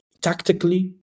tactically